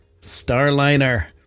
Starliner